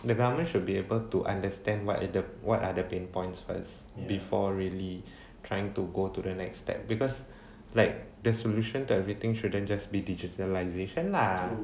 the government should be able to understand what the what other main points first before really trying to go to the next step because like the solution to everything shouldn't just be digitalisation lah